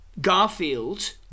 Garfield